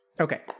Okay